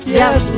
yes